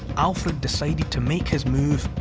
alfred decided to make his move.